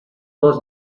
was